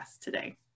today